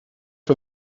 for